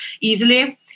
easily